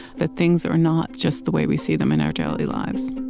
that things are not just the way we see them in our daily lives